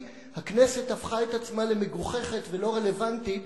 הכנסת הפכה את עצמה למגוחכת ולא רלוונטית